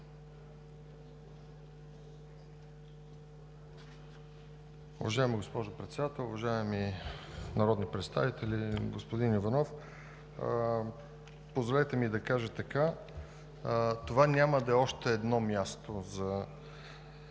Уважаема госпожо Председател, уважаеми народни представители! Господин Иванов, позволете ми да кажа така: това няма да е още едно място за